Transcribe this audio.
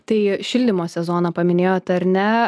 tai šildymo sezoną paminėjot ar ne